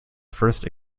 first